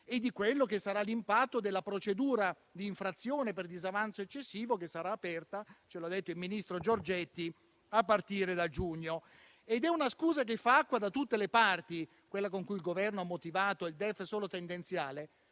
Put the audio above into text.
e di quello che sarà l'impatto della procedura di infrazione per disavanzo eccessivo che sarà aperta - come ha detto il ministro Giorgetti - a partire da giugno. È una scusa che fa acqua da tutte le parti quella con cui il Governo ha motivato il DEF solo tendenziale,